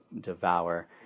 devour